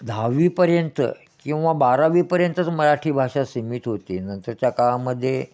दहावीपर्यंत किंवा बारावीपर्यंतच मराठी भाषा सीमित होती नंतरच्या काळामध्ये